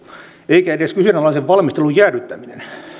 eikä edes kyseenalaisen valmistelun jäädyttäminen